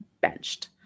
benched